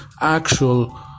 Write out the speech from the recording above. actual